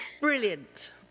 Brilliant